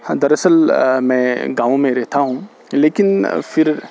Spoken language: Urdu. ہاں در اصل میں گاؤں میں رہتا ہوں لیکن پھر